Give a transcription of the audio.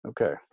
Okay